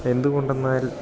എന്തു കൊണ്ടെന്നാൽ